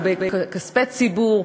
על כספי ציבור,